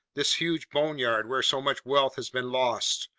this huge boneyard where so much wealth has been lost,